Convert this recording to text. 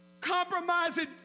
compromising